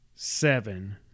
Seven